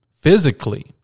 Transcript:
physically